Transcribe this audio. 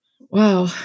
Wow